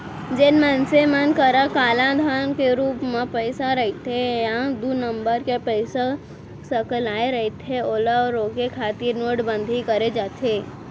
जेन मनसे मन करा कालाधन के रुप म पइसा रहिथे या दू नंबर के पइसा सकलाय रहिथे ओला रोके खातिर नोटबंदी करे जाथे